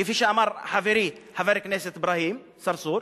כפי שאמר חברי חבר הכנסת אברהים צרצור,